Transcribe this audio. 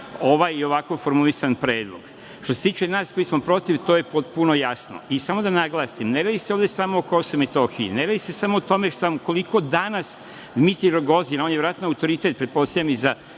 ovaj i ovako formulisan predlog. Što se tiče nas koji smo protiv, to je potpuno jasno. Samo da naglasim, ne radi se ovde samo o Kosovu i Metohiji, ne radi se samo o tome koliko danas Dimitrij Rogozin, on je verovatno autoritet pretpostavljam i za